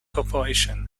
corporation